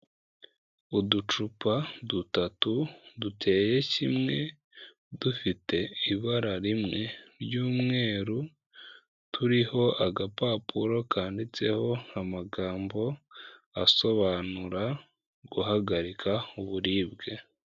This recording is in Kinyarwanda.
Uducupa dutatu, duteye kimwe, dufite ibara rimwe ry'umweru, turiho agapapuro kanditseho amagambo, asobanura guhagarika uburibwe.